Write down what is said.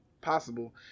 possible